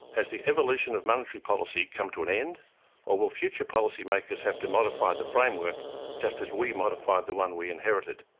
has the evolution of monetary policy come to an end or will future policy-makers have to modify the framework just as we modified the one we inherited?